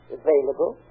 available